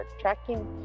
tracking